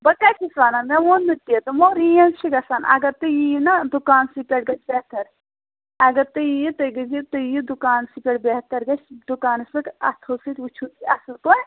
بہٕ کَتہِ چھَس وَنان مےٚ ووٚن نہٕ تہِ دوٚپمٕو ریٚنج چھِ گَژھان اگر تُہۍ یِیِو نا دُکانسٕے پیٚٹھ گَژھِ بیٚہتر اگر تُہۍ یِیِو تُہۍ گٔژھۍزیٚو تُہۍ یِیِو دُکانسٕے پیٚٹھ بیٚہتر گَژھِ دُکانَس پیٚٹھ اَتھو سۭتۍ وُچھِو تُہۍ اَصٕل پٲٹھۍ